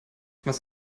was